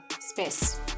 Space